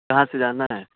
کہاں سے جانا ہے